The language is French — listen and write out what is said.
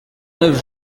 neuf